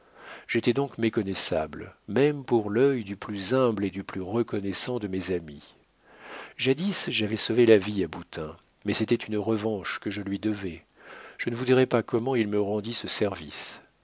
j'étais donc méconnaissable même pour l'œil du plus humble et du plus reconnaissant de mes amis jadis j'avais sauvé la vie à boutin mais c'était une revanche que je lui devais je ne vous dirai pas comment il me rendit ce service